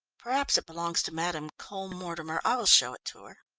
perhaps it belongs to madame cole-mortimer. i will show it to her.